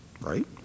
right